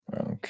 okay